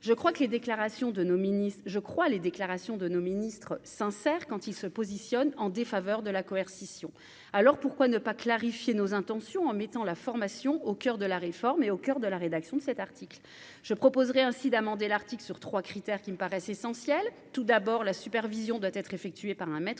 je crois, les déclarations de nos ministres sincère quand il se positionne en défaveur de la coercition, alors pourquoi ne pas clarifié nos intentions en mettant la formation au coeur de la réforme est au coeur de la rédaction de cet article, je proposerai ainsi d'amender l'article sur 3 critères qui me paraissent essentiels : tout d'abord la supervision doit être effectuée par un maître